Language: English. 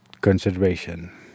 consideration